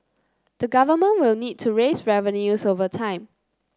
the Government will need to raise revenues over time